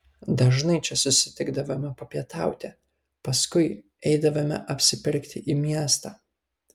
dažnai čia susitikdavome papietauti paskui eidavome apsipirkti į miestą